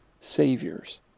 saviors